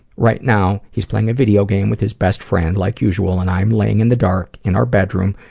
right now, he is playing a video game with his best friend, like usual, and i'm laying in the dark, in our bedroom,